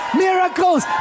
miracles